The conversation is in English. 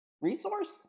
Resource